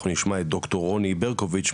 אנחנו נשמע את דוקטור רוני ברקוביץ,